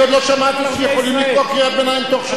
אני עוד לא שמעתי שיכולים לקרוא קריאת ביניים תוך,